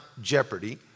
jeopardy